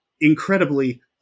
incredibly